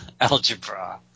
Algebra